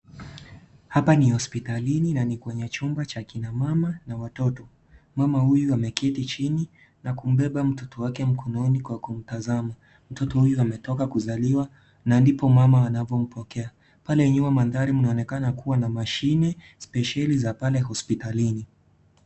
Hapa ni hospitalini na ni kwenye chumba cha kina mama na watoto. Mama huyu ameketi chini, na kumbeba mtoto wake mkononi kwa kumtazama. Mtoto huyu ametoka kuzaliwa na ndipo mama anavompokea. Pale nyuma mandhari mnaonekana kuwa na mashine speseli za pale hospitalini.